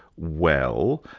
well,